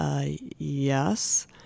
yes